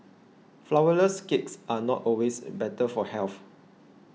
Flourless Cakes are not always better for health